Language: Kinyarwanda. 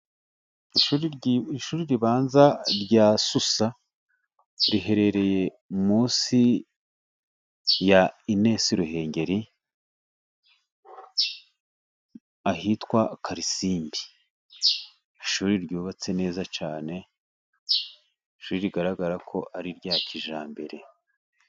Ishuri ry'ishuri ribanza rya Susa riherereye munsi ya INES Ruhengeri ahitwa Karilisimbi, ishuri ryubatse neza cyane ishuri rigaragara ko ari rya kijyambere.